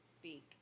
speak